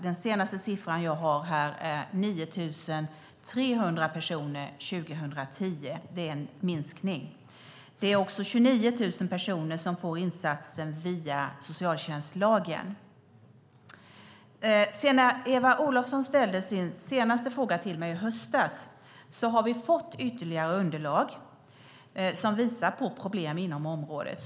Den senaste siffran jag har är 9 300 personer 2010. Det är alltså en minskning. Det är också 29 000 personer som får insatsen via socialtjänstlagen. Sedan Eva Olofsson senast ställde sin fråga till mig i höstas har vi fått ytterligare underlag som visar på problem inom området.